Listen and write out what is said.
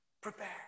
Prepare